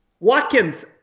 Watkins